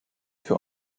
für